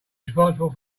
responsible